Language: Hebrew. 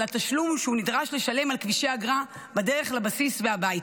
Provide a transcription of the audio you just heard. התשלום שהוא נדרש לשלם על כבישי אגרה בדרך לבסיס והביתה.